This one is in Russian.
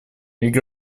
лига